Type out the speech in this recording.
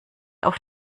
auf